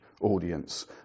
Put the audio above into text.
audience